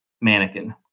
mannequin